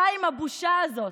די עם הבושה הזאת.